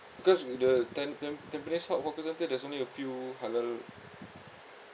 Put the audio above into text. because the tam~ tam~ tampines hub hawker centre there's only a few halal